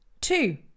Two